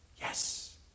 Yes